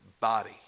body